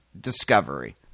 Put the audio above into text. Discovery